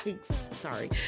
sorry